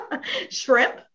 shrimp